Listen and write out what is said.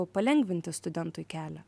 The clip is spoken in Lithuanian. palengvinti studentui kelią